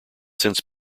since